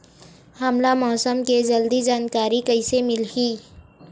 हमला मौसम के जल्दी जानकारी कइसे मिलही?